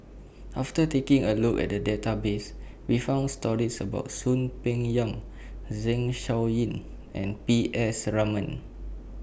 after taking A Look At The Database We found stories about Soon Peng Yam Zeng Shouyin and P S Raman